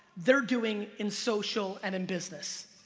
they're doing in social and in business.